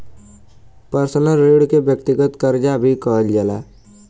personal ऋण के व्यक्तिगत करजा भी कहल जाला